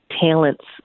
talents